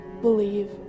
believe